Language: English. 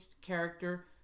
character